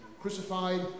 crucified